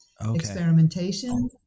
experimentation